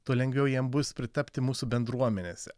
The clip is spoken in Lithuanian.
tuo lengviau jiem bus pritapti mūsų bendruomenėse